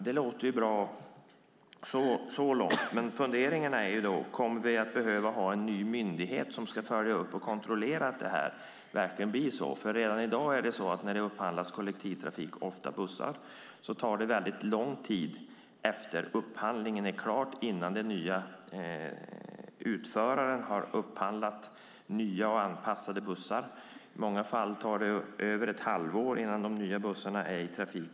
Det låter ju bra så långt, men funderingarna är: Kommer vi att behöva en ny myndighet som ska följa upp och kontrollera att det här verkligen blir verklighet? Redan i dag tar det ofta lång tid från upphandlingen till dess att den nya utföraren har upphandlat nya och anpassade bussar. I många fall tar det över ett halvår innan de nya bussarna är i trafik.